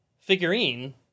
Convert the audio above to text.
figurine